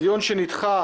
- דיון שנדחה